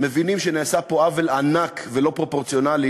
מבינים שנעשה פה עוול ענק ולא פרופורציונלי